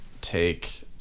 Take